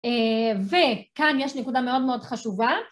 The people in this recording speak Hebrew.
וכאן יש נקודה מאוד מאוד חשובה.